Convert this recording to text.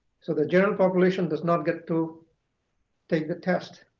so the general population does not get to take the test.